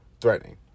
threatening